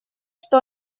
что